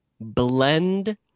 blend